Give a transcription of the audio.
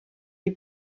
die